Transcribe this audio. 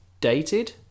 dated